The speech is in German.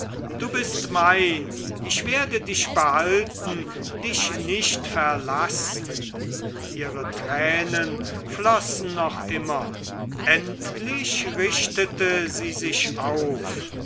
du bist mein ich werde dich behalten dich nicht verlassen ihre tränen flossen noch immer endlich richtete sie sich auf